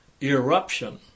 eruption